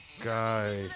guy